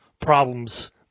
problems